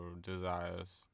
desires